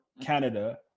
canada